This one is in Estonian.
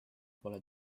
pole